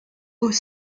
aux